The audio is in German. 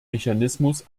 mechanismus